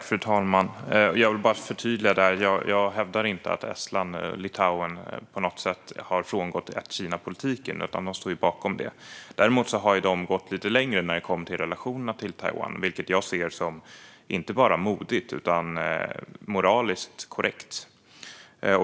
Fru talman! Jag vill förtydliga att jag inte hävdar att Estland och Litauen på något sätt har frångått ett-Kina-politiken; de står bakom den. Däremot har de gått lite längre när det gäller relationerna till Taiwan, vilket jag ser som inte bara modigt utan också moraliskt korrekt.